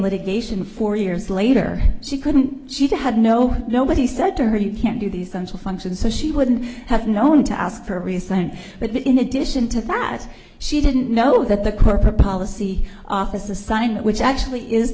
litigation for years later she couldn't she'd had no nobody said to her you can't do these social functions so she wouldn't have known to ask her to resign but in addition to that she didn't know that the corporate policy office assignment which actually is